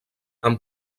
amb